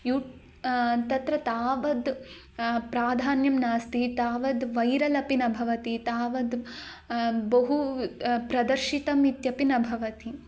युट् तत्र तावद् प्राधान्यं नास्ति तावद् वैरल् अपि न भवति तावद् बहु प्रदर्शितम् इत्यपि न भवति